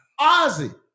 Ozzy